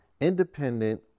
independent